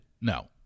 no